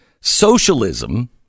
Socialism